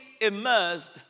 immersed